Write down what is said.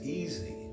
easy